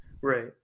right